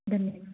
धन्यवाद